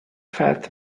feiert